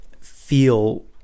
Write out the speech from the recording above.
feel